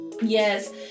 Yes